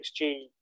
XG